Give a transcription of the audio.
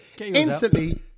instantly